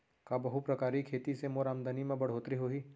का बहुप्रकारिय खेती से मोर आमदनी म बढ़होत्तरी होही?